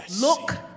look